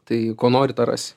tai ko nori tą rasi